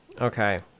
Okay